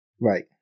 Right